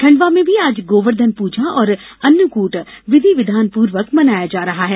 खंडवा में भी आज गोवर्धन पूजा और अन्नकूट विधि विधान पूर्वक मनाया जा रहा है